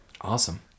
Awesome